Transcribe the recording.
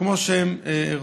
כמו שהם רוצים.